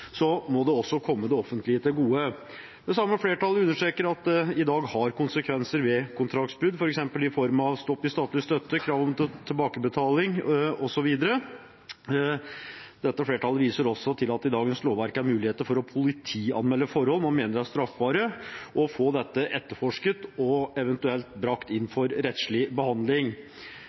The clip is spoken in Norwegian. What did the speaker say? må det også komme det offentlige til gode. Det samme flertallet understreker at det i dag er konsekvenser ved kontraktsbrudd, f.eks. i form av stopp i statlig støtte, krav om tilbakebetaling osv. Dette flertallet viser også til at det i dagens lovverk er mulighet for å politianmelde forhold man mener er straffbare, og få dette etterforsket og eventuelt brakt inn for rettslig behandling.